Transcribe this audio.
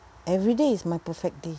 every day is my perfect day